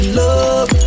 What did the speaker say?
love